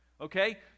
Okay